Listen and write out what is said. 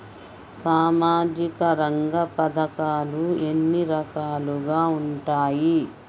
సామాజిక రంగ పథకాలు ఎన్ని రకాలుగా ఉంటాయి?